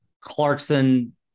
Clarkson